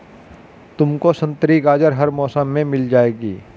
तुमको संतरी गाजर हर मौसम में मिल जाएगी